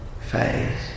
face